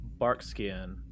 Barkskin